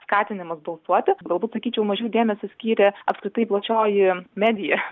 skatinimas balsuoti galbūt sakyčiau mažiau dėmesio skyrė apskritai plačioji medija